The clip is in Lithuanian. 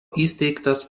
įsteigtas